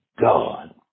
God